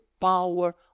power